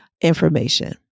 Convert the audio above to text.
information